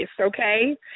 okay